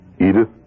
Edith